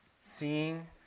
Seeing